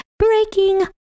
Breaking